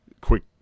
quick